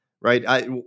right